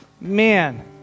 man